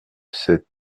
sept